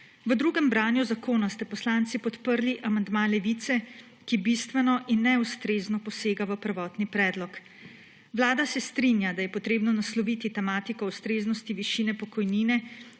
V drugem branju zakona ste poslanci podprli amandma Levice, ki bistveno in neustrezno posega v prvotni predlog. Vlada se strinja, da je treba nasloviti tematiko ustreznosti višine pokojnine,